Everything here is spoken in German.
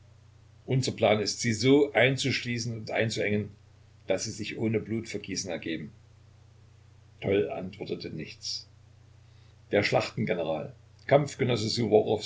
unser plan ist sie so einzuschließen und einzuengen daß sie sich ohne blutvergießen ergeben toll antwortete nichts der schlachtengeneral